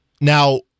Now